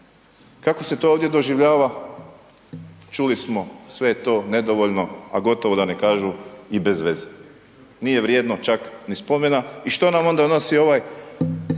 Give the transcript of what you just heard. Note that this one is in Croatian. Kako se to ovdje doživljava? Čuli smo, sve je to nedovoljno, a gotovo da ne kažu i bez veze, nije vrijedno čak ni spomena, i što nam onda nosi ovaj